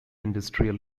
industrial